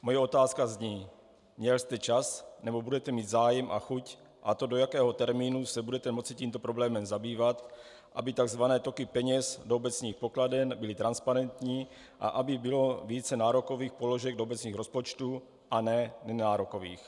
Moje otázka zní: Měl jste čas nebo budete mít zájem a chuť, a to do jakého termínu se budete moci tímto problémem zabývat, aby tzv. toky peněz do obecních pokladen byly transparentní a aby bylo více nárokových položek do obecních rozpočtů a ne nenárokových.